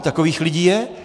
Takových lidí je!